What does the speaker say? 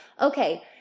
okay